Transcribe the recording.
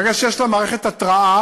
ברגע שיש לה מערכת התרעה,